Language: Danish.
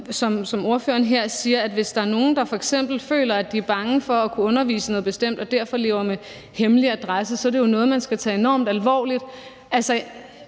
som spørgeren her siger, at hvis der er nogen, der f.eks. føler, at de er bange for at undervise i noget bestemt og derfor har hemmelig adresse, så er det noget, man skal tage enormt alvorligt. Altså,